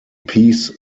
peace